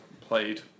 played